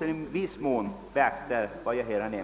den bandelen kommer på tal.